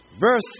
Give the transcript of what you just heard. verse